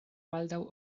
baldaŭ